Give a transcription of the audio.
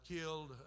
killed